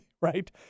right